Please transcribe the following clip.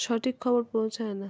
সঠিক খবর পৌঁছায় না